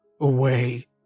away